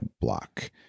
block